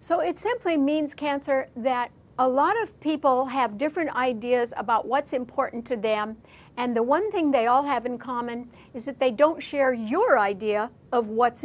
so it simply means cancer that a lot of people have different ideas about what's important to them and the one thing they all have in common is that they don't share your idea of what's